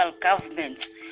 governments